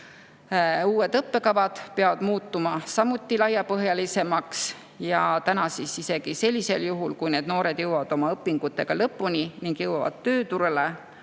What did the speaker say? Uued õppekavad peavad muutuma samuti laiapõhjalisemaks. Täna on nii, et isegi sellisel juhul, kui need noored jõuavad oma õpingutega lõpuni ning jõuavad tööturule,